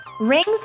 Ring's